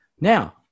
Now